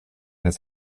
his